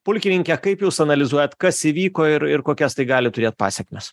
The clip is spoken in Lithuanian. pulkininke kaip jūs analizuojat kas įvyko ir ir kokias tai gali turėt pasekmes